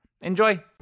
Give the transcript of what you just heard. Enjoy